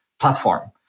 platform